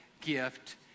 gift